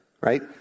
right